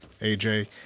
AJ